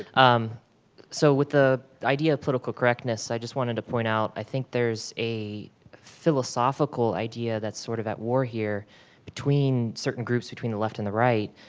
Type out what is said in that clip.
um so, with the idea of political correctness, i just wanted to point out i think there's a philosophical idea that's sort of at war here between certain groups, between the left and the right,